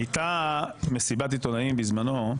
הייתה מסיבת עיתונאים בזמנו,